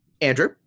Andrew